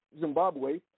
Zimbabwe